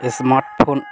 smart phone